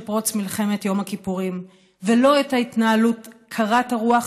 פרוץ מלחמת יום הכיפורים ולא את ההתנהלות קרת הרוח